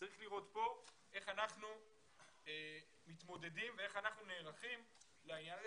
וצריך לראות כאן איך אנחנו מתמודדים ואיך אנחנו נערכים לעניין הזה.